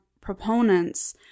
proponents